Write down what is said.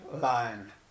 line